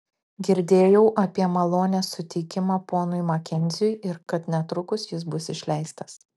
girdėjau apie malonės suteikimą ponui makenziui ir kad netrukus jis bus išleistas